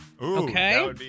Okay